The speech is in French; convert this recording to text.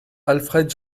alfred